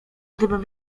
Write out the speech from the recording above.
gdybym